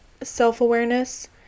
self-awareness